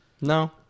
No